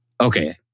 okay